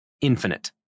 infinite